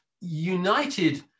united